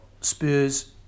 Spurs